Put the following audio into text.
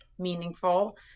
meaningful